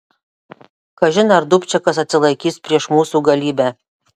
kažin ar dubčekas atsilaikys prieš mūsų galybę